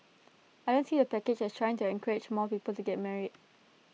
I don't see the package as trying to encourage more people to get married